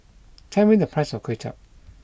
tell me the price of Kway Chap